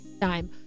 time